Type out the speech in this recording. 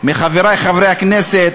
מחברי חברי הכנסת,